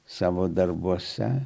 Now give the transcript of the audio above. savo darbuose